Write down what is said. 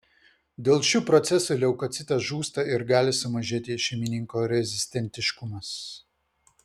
dėl šių procesų leukocitas žūsta ir gali sumažėti šeimininko rezistentiškumas